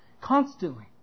constantly